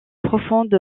profonde